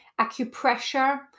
acupressure